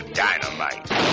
dynamite